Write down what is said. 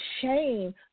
shame